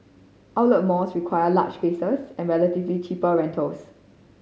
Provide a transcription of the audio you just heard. outlet malls require large spaces and relatively cheaper rentals